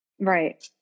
right